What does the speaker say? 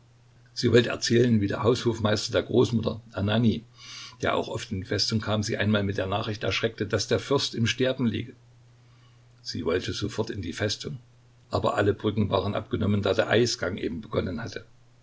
sie wollte erzählen wie der haushofmeister der großmutter ananij der auch oft in die festung kam sie einmal mit der nachricht erschreckte daß der fürst im sterben liege sie wollte sofort in die festung aber alle brücken waren abgenommen da der eisgang eben begonnen hatte